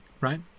Right